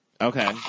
Okay